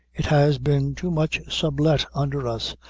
it has been too much sublet under us,